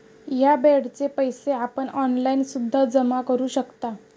या बेडचे पैसे आपण ऑनलाईन सुद्धा जमा करू शकता